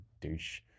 douche